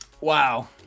Wow